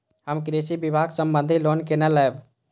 हम कृषि विभाग संबंधी लोन केना लैब?